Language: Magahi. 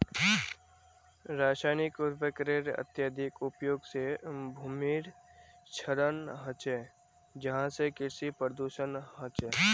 रासायनिक उर्वरकेर अत्यधिक उपयोग से भूमिर क्षरण ह छे जहासे कृषि प्रदूषण ह छे